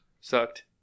sucked